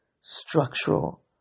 structural